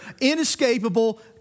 inescapable